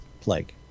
plague